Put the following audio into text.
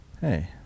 hey